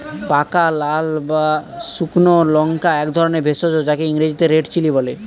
পাকা লাল বা শুকনো লঙ্কা একধরনের ভেষজ যাকে ইংরেজিতে রেড চিলি বলে